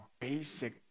basic